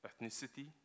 ethnicity